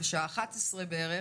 בשעה 11:00 בערך,